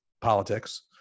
politics